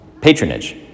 patronage